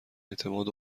اعتماد